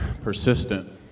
persistent